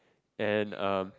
and um